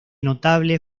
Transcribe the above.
notable